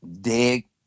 dig